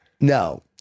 No